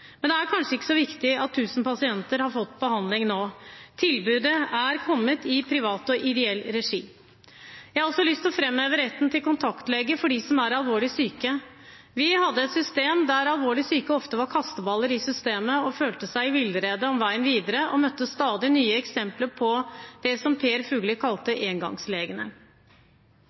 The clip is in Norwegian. Men det er kanskje ikke så viktig at 1 000 pasienter har fått behandling nå. Tilbudet er kommet i privat og ideell regi. Jeg har også lyst til å framheve retten til kontaktlege for dem som er alvorlig syke. Vi hadde et system der alvorlig syke ofte ble kasteballer i systemet, følte seg i villrede om veien videre og møtte stadig nye eksempler på det som Per Fugelli kalte